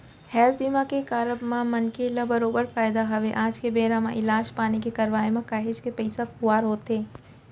health बीमा के कारब म मनखे ल बरोबर फायदा हवय आज के बेरा म इलाज पानी के करवाय म काहेच के पइसा खुवार होथे